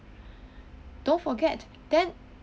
don't forget then